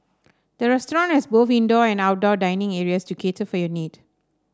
the restaurant has both indoor and outdoor dining areas to cater for your need